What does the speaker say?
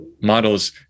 models